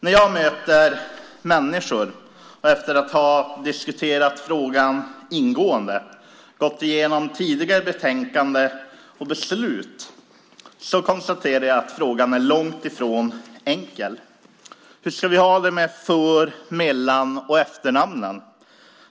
När jag möter människor, och efter att ha diskuterat frågan ingående och ha gått igenom tidigare betänkanden och beslut, kan jag konstatera att frågan är långt ifrån enkel. Hur ska vi ha det med för-, mellan och efternamnen?